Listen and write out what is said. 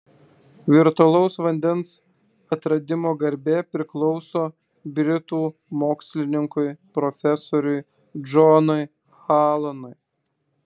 virtualaus vandens atradimo garbė priklauso britų mokslininkui profesoriui džonui alanui